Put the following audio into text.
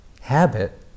habit